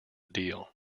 deal